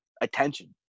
attention